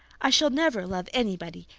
i shall never love anybody.